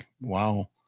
Wow